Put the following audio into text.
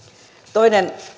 toinen